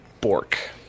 Bork